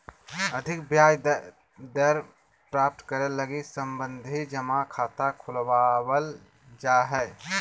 अधिक ब्याज दर प्राप्त करे लगी सावधि जमा खाता खुलवावल जा हय